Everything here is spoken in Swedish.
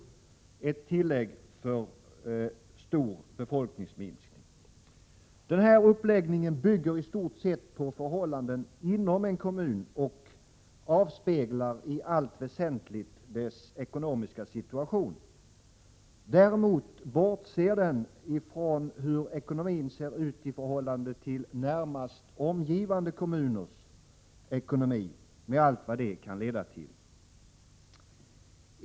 3. Ett tillägg för stor befolkningsminskning. Denna uppläggning bygger i stort sett på förhållanden inom en kommun och avspeglar i allt väsentligt dess ekonomiska situation. Däremot bortser man vid uppläggningen ifrån hur ekonomin ser ut i förhållande till närmast omgivande kommuners ekonomi, med allt vad detta kan leda till.